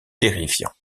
terrifiant